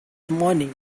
moaning